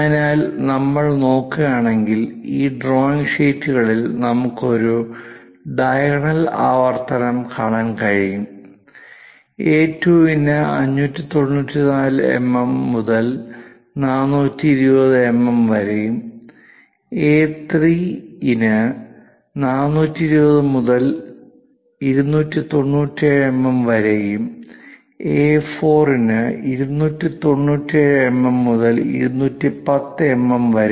അതിനാൽ നമ്മൾ നോക്കുകയാണെങ്കിൽ ഈ ഡ്രോയിംഗ് ഷീറ്റുകളിൽ നമുക്ക് ഒരു ഡയഗണൽ ആവർത്തനം കാണാൻ കഴിയും എ2 ഇന് 594mm മുതൽ 420mm വരെ എ3 ഇന് 420mm മുതൽ 297mm വരെ എ4 ഇന് 297mm മുതൽ 210mm വരെ